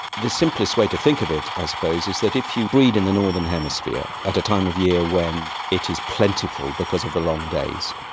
the simplest way to think of it i suppose is that if you breed in the northern hemisphere at a time of year when it is plentiful because of the long days,